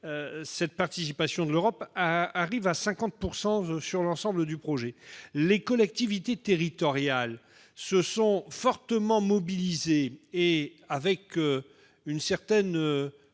la participation de l'Europe s'élève à 50 % de l'ensemble du projet. Les collectivités territoriales se sont fortement mobilisées, et avec une certaine